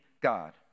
God